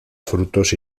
frutos